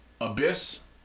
Abyss